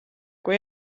kui